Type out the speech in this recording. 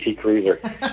Cruiser